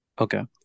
Okay